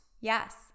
yes